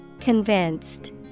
Convinced